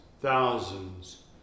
thousands